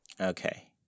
Okay